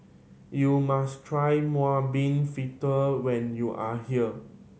you must try mung bean fritter when you are here